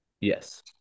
yes